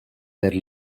per